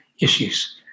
issues